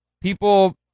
people